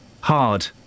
hard